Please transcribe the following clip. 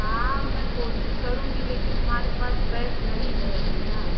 हाँ मैं कोशिश करूँगी लेकिन हमारे पास केस नहीं है अभी ना